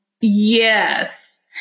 Yes